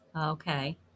okay